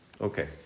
Okay